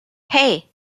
hey